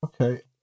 Okay